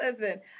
Listen